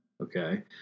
okay